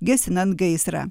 gesinant gaisrą